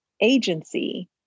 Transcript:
agency